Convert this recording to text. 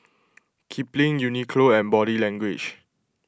Kipling Uniqlo and Body Language